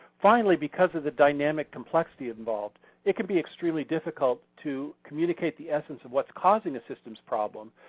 finally, because of the dynamic complexity involved it can be extremely difficult to communicate the essence of what's causing the systems problem.